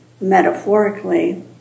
metaphorically